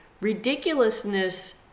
ridiculousness